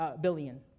billion